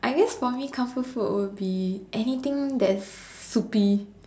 I guess for me comfort food would be anything that is soupy